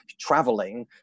traveling